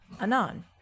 anon